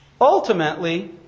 Ultimately